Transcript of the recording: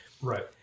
Right